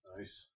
Nice